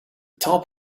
top